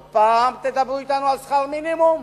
עוד פעם תדברו אתנו על שכר מינימום?